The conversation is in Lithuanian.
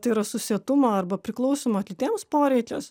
tai yra susietumo arba priklausymo kitiems poreikis